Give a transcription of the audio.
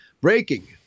Breaking